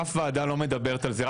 אף ועדה לא מדברת על זה.